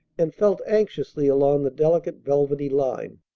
and felt anxiously along the delicate velvety line.